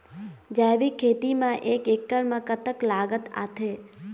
जैविक खेती म एक एकड़ म कतक लागत आथे?